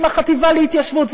עם החטיבה להתיישבות,